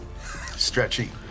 Stretchy